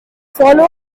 follow